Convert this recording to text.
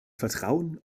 vertrauen